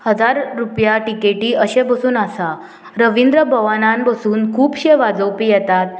हजार रुपया टिकेटी अशें बसून आसा रविंद्र भवनान बसून खुबशे वाजोवपी येतात